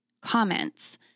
comments